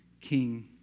king